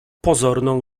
pozorną